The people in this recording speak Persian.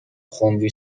خمری